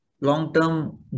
long-term